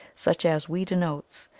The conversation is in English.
such as wheat and oats,